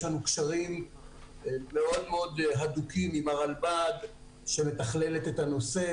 יש לנו קשרים מאוד מאוד הדוקים עם הרלב"ד שמתכללת את הנושא,